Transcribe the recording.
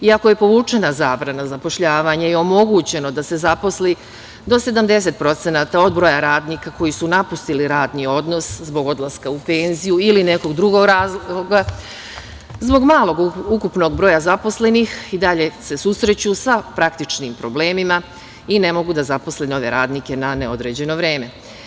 Iako je povučena zabrana zapošljavanja i omogućeno da se zaposli do 70% od broja radnika koji su napustili radni odnos zbog odlaska u penziju ili nekog drugog razloga, zbog malog ukupnog broja zaposlenih, i dalje se susreću sa praktičnim problemima i ne mogu da zaposle nove radnike na neodređeno vreme.